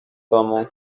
domu